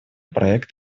проект